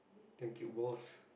thank you boss